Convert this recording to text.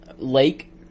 Lake